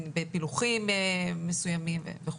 בפילוחים מסוימים וכו'.